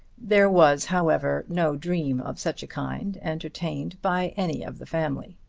there was, however, no dream of such a kind entertained by any of the family.